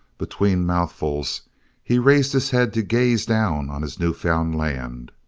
between mouthfuls he raised his head to gaze down on his new-found land.